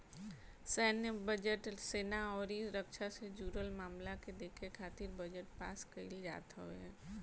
सैन्य बजट, सेना अउरी रक्षा से जुड़ल मामला के देखे खातिर बजट पास कईल जात हवे